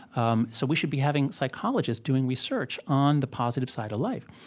um so we should be having psychologists doing research on the positive side of life.